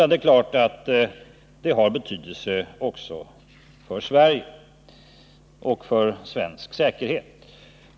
De har också betydelse för Sverige och för svensk säkerhet.